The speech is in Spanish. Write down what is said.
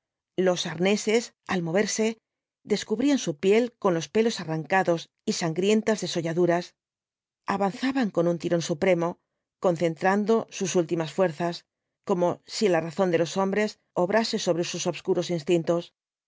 los arneses al moverse descubrían su piel con los pelos arrancados y sangrientas desolladuras avanzaban con un tirón supremo concentrando sus últimas fuerzas como si la razón de los hombres obrase sobre sus obscuros instintos